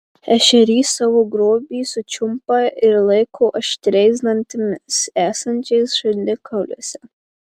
ešerys savo grobį sučiumpa ir laiko aštriais dantimis esančiais žandikauliuose